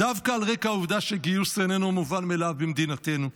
דווקא על רקע העובדה שגיוס איננו מובן מאליו במדינתנו.